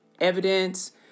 evidence